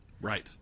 Right